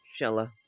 Shella